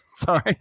Sorry